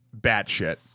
batshit